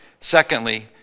Secondly